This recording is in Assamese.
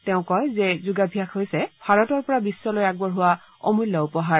তেওঁ কয় যে যোগাভ্যাস হৈছে ভাৰতৰ পৰা বিশ্বলৈ আগবঢ়োৱা অমূল্য উপহাৰ